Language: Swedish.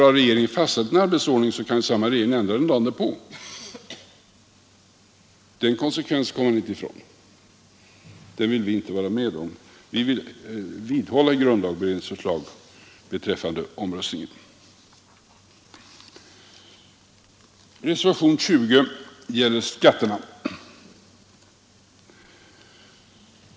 Har regeringen fastställt en arbetsordning kan ju samma regering ändra den dagen därpå — den konsekvensen kommer man inte ifrån. Det vill vi inte vara med om, utan vi vidhåller grundlagberedningens förslag beträffande omröstningen. Reservationen 20 gäller skatterna.